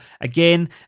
again